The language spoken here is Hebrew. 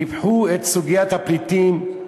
ניפחו את סוגיית הפליטים,